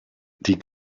die